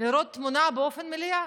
לראות את התמונה באופן מלא.